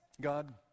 God